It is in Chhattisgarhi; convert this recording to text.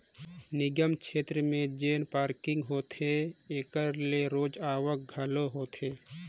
निगम छेत्र में जेन पारकिंग होथे एकर ले रोज आवक घलो होथे